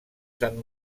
sant